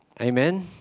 Amen